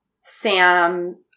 Sam –